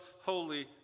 holy